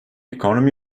economy